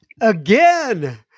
again